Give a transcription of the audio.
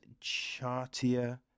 Chartier